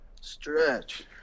Stretch